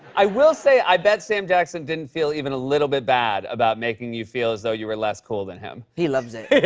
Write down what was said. i will say, i bet sam jackson didn't feel even a little bit bad about making you feel as though you were less cool than him. he loves it. yeah.